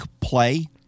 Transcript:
play